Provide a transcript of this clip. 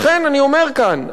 לכן אני אומר כאן,